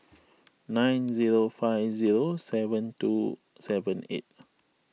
nine zero five zero seven two seven eight